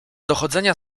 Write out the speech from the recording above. dochodzenia